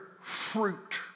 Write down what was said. fruit